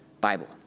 Bible